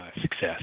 success